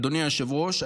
אדוני היושב-ראש,